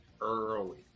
early